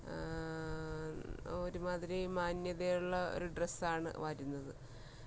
ഒരുമാതിരി മാന്യതയുള്ള ഒരു ഡ്രസ്സാണ് വരുന്നത്